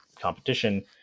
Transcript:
competition